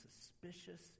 suspicious